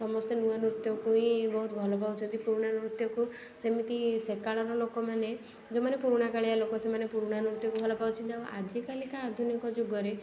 ସମସ୍ତେ ନୂଆ ନୃତ୍ୟକୁ ହିଁ ବହୁତ ଭଲ ପାଉଛନ୍ତି ପୁରୁଣା ନୃତ୍ୟକୁ ସେମିତି ସେକାଳର ଲୋକମାନେ ଯେଉଁମାନେ ପୁରୁଣା କାଳିଆ ଲୋକ ସେମାନେ ପୁରୁଣା ନୃତ୍ୟକୁ ଭଲ ପାଉଛନ୍ତି ଆଉ ଆଜିକାଲିକା ଆଧୁନିକ ଯୁଗରେ